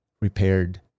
repaired